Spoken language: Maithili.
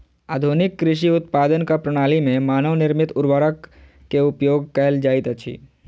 आधुनिक कृषि उत्पादनक प्रणाली में मानव निर्मित उर्वरक के उपयोग कयल जाइत अछि